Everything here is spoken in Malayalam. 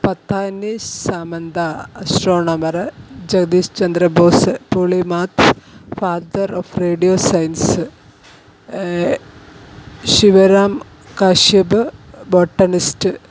പത്താനിസ് Samanta astronomer Jagadish Chandrabose polymath father of radio science Shivram Kashyap botanist